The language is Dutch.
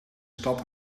stad